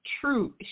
True